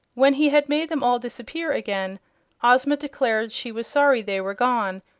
when he had made them all disappear again ozma declared she was sorry they were gone,